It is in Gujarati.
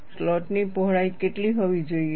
સ્લોટની પહોળાઈ કેટલી હોવી જોઈએ